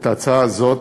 את ההצעה הזאת,